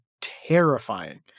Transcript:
terrifying